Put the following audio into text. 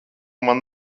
man